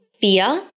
fear